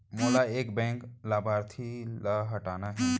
मोला एक बैंक लाभार्थी ल हटाना हे?